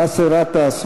באסל גטאס,